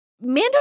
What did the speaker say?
Mando